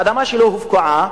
האדמה שלו הופקעה,